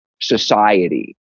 society